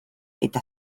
eta